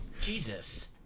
Jesus